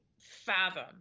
fathom